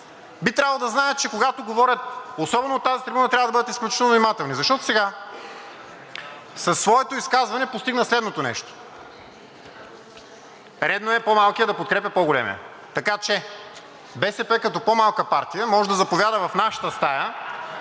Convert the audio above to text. Би трябвало да знае, че когато говорят, особено от тази трибуна, трябва да бъдат изключително внимателни, защото сега със своето изказване постигна следното нещо – редно е по-малкият да подкрепя по-големият. Така че БСП като по-малка партия може да заповяда в нашата стая